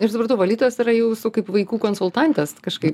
ir supratau valytojas yra jūsų kaip vaikų konsultantės kažkaip